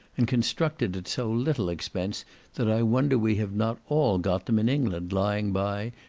and constructed at so little expense that i wonder we have not all got them in england, lying by,